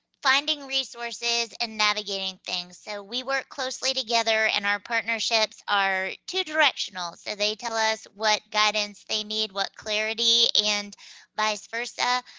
finding resources and navigating things. so we work closely together, and our partnerships are two directional. so they tell us what guidance they need, what clarity and vice versa,